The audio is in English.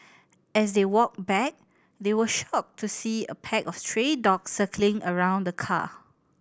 as they walked back they were shocked to see a pack of stray dogs circling around the car